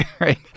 right